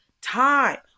time